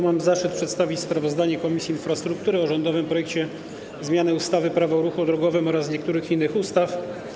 Mam zaszczyt przedstawić sprawozdanie Komisji Infrastruktury o rządowym projekcie ustawy o zmianie ustawy - Prawo o ruchu drogowym oraz niektórych innych ustaw.